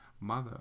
mother